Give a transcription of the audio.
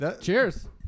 Cheers